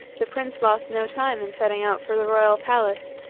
the prince lost no time in setting out for the royal palace,